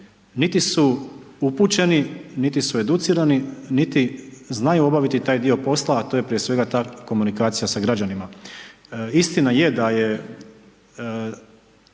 niti su upućeni, niti su educirani, niti znaju obaviti taj dio posla a to je prije svega ta komunikacija sa građanima. Istina je da je